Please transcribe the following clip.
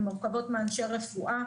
הן מורכבות מאנשי רפואה,